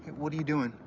what are you doing?